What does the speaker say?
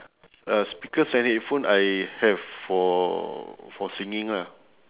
uh speakers and headphone I have for for singing lah